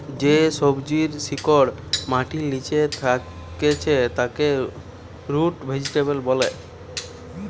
যে সবজির শিকড় মাটির লিচে থাকছে তাকে রুট ভেজিটেবল বোলছে